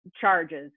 charges